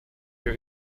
your